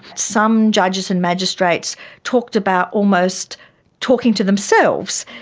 some judges and magistrates talked about almost talking to themselves,